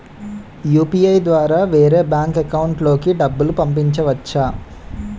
UPI ద్వారా వేరే bank account లోకి డబ్బులు పంపించవచ్చా?